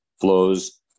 flows